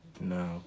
No